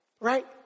Right